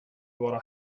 vara